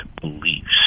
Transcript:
beliefs